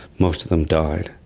most of them died.